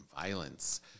violence